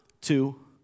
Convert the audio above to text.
Two